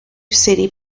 city